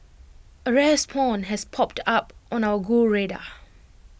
A rare spawn has popped up on our go radar